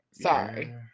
Sorry